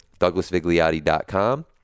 douglasvigliotti.com